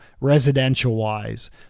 residential-wise